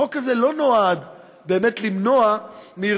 החוק הזה לא נועד באמת למנוע מארגונים